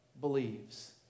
believes